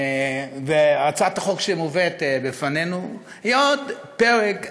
הייתי אומר שהצעת החוק שמובאת בפנינו היא עוד פרק,